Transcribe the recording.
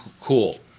cool